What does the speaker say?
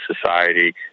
society